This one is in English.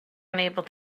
unable